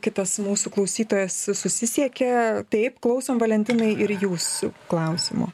kitas mūsų klausytojas susisiekė taip klausom valentinai ir jūsų klausimo